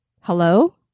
Hello